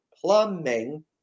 plumbing